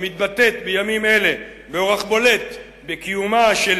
המתבטאת בימים אלה באורח בולט בקיומה של